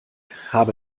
habe